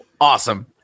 awesome